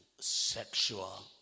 sexual